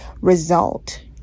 result